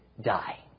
die